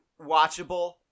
watchable